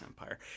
Empire